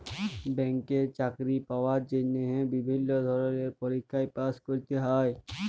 ব্যাংকে চাকরি পাওয়ার জন্হে বিভিল্য ধরলের পরীক্ষায় পাস্ ক্যরতে হ্যয়